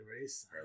Race